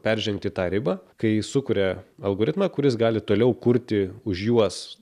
peržengti tą ribą kai sukuria algoritmą kuris gali toliau kurti už juos